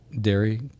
dairy